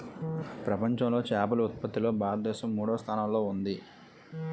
ప్రపంచంలో చేపల ఉత్పత్తిలో భారతదేశం మూడవ స్థానంలో ఉంది